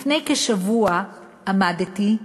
לפני כשבוע עמדתי,